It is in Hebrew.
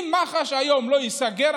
אם מח"ש היום לא ייסגר,